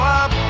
up